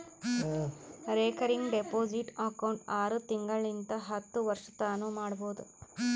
recurring deposit account ಆರು ತಿಂಗಳಿಂತ್ ಹತ್ತು ವರ್ಷತನಾನೂ ಮಾಡ್ಬೋದು